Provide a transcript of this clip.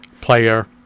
player